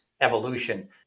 evolution